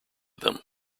them